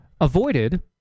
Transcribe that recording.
avoided